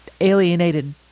alienated